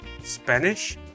Spanish